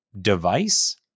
device